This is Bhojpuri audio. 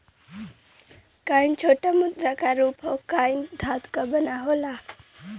कॉइन छोटा मुद्रा क रूप हौ कॉइन धातु क बना होला